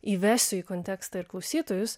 įvesiu į kontekstą ir klausytojus